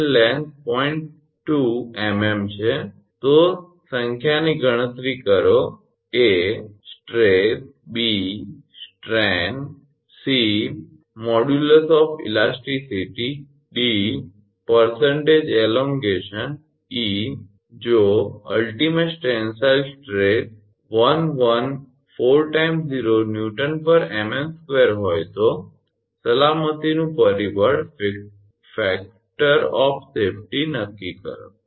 2 𝑚𝑚 છે તો સંખ્યાની ગણતરી કરો A stress B strain C સ્થિતિસ્થાપકતાનો મોડ્યુલસ ડી ટકા લંબાઈ ઇ જો અંતિમ ટેન્સાઇલ સ્ટ્રેસ 110000 𝑁 𝑚𝑚2 હોય તો સલામતીનું પરિબળ નક્કી કરો